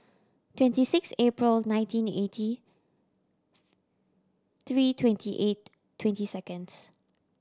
twenty six April nineteen eighty three twenty eight twenty seconds